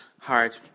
hard